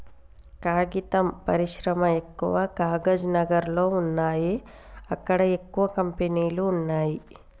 కాగితం పరిశ్రమ ఎక్కవ కాగజ్ నగర్ లో వున్నాయి అక్కడ ఎక్కువ కంపెనీలు వున్నాయ్